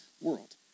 world